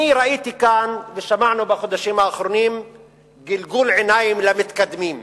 ראיתי כאן ושמענו בחודשים האחרונים גלגול עיניים למתקדמים,